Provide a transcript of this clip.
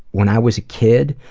when i was a kid.